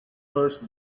first